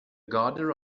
gardener